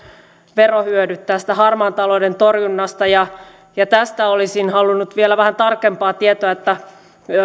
verohyödyt tästä harmaan talouden torjunnasta tästä olisin halunnut vielä vähän tarkempaa tietoa